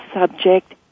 subject